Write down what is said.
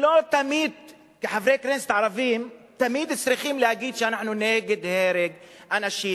לא תמיד חברי הכנסת הערבים צריכים להגיד שאנחנו נגד הרג אנשים,